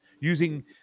using